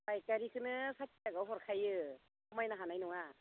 फायखारिफोरनो साथि थाखायाव हरखायो खमायनो हानाय नङा